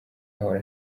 ahora